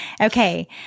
Okay